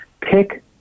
pick